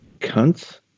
Cunts